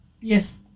Yes